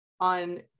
on